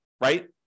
right